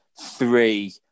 three